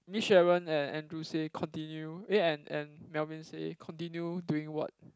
Miss Sharon and Andrew say continue eh and and Melvin say continue doing what